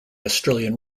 australian